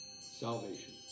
salvation